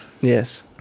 Yes